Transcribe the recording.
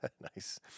Nice